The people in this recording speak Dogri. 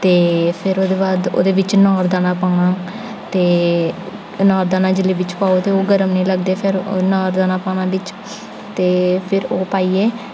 ते फिर ओह्दे बाद ओह्दे बिच अनारदाना पाना ते अनारदाना जेल्लै बिच पाओ ते ओह् गरम निं लगदे फिर अनारदाना पाना बिच ते फिर ओह् पाइयै